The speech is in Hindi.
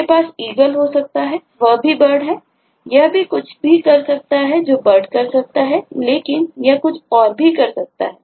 मेरे पास eagle हो सकता है वह भी एक bird है यह भी कुछ भी कर सकता है जो bird कर सकता है लेकिन यह कुछ और भी कर सकता है